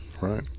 Right